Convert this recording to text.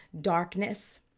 darkness